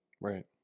Right